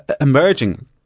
emerging